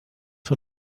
for